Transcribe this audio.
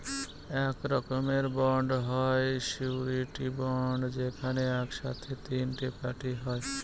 এক রকমের বন্ড হয় সিওরীটি বন্ড যেখানে এক সাথে তিনটে পার্টি হয়